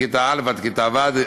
מכיתה א' ועד כיתה ו',